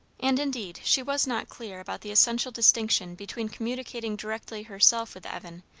and indeed she was not clear about the essential distinction between communicating directly herself with evan,